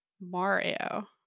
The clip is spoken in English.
Mario